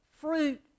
fruit